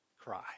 cry